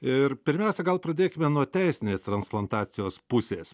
ir pirmiausia gal pradėkime nuo teisinės transplantacijos pusės